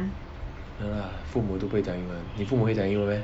没有 lah 我父母都不会英文你父母会讲英文 meh